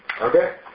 Okay